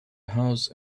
house